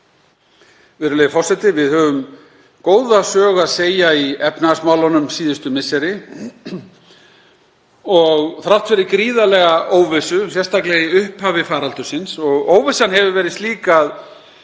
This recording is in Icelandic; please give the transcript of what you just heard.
Við höfum góða sögu að segja í efnahagsmálunum síðustu misseri, þrátt fyrir gríðarlega óvissu, sérstaklega í upphafi faraldursins. Óvissan hefur verið slík að